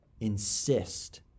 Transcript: insist